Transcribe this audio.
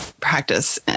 practice